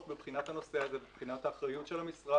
בבחינת הנושא הזה ומבחינת האחריות של המשרד,